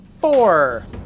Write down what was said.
Four